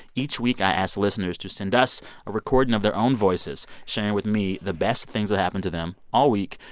each week, i ask listeners to send us a recording of their own voices, sharing with me the best things that happened to them all week.